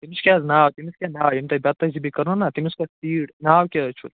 تٔمِس کیٛاہ حظ ناو تٔمِس کیٛاہ ناو ییٚمۍ تۄہہِ بدتٔزیٖبی کٔر وٕ نا تٔمِس کیٛاہ ناو کیٛاہ حظ چھُ